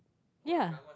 ya